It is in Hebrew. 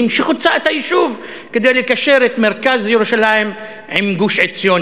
שחוצה את היישוב כדי לקשר את מרכז ירושלים עם גוש-עציון,